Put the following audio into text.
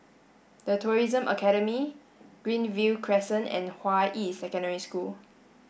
The Tourism Academy Greenview Crescent and Hua Yi Secondary School